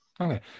okay